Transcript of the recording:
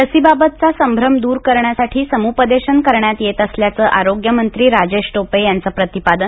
लसीबाबतचा संभ्रम दूर करण्यासाठी समुपदेशन करण्यात येत असल्याचं आरोग्य मंत्री राजेश टोपे यांचं प्रतिपादन